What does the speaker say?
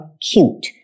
cute